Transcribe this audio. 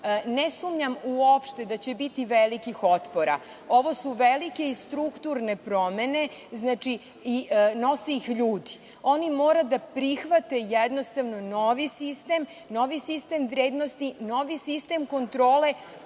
ne sumnjam uopšte da će biti velikih otpora jer su ovo velike i strukturne promene i nose ih ljudi. Oni mora da prihvate jednostavno novi sistem, novi sistem vrednosti, novi sistem kontrole.